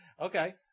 Okay